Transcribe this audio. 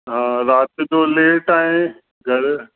हा राति जो लेट आएं घरु